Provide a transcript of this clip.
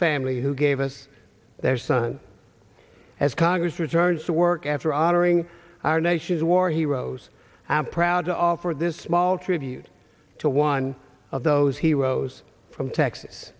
family who gave us their son as congress returns to work after honoring our nation's war heroes i'm proud to offer this small tribute to one of those heroes from texas